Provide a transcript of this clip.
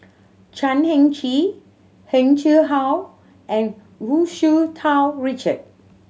Chan Heng Chee Heng Chee How and Wu Tsu Tau Richard